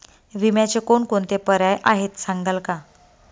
विम्याचे कोणकोणते पर्याय आहेत सांगाल का?